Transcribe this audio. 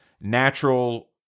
natural